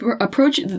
approach